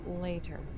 later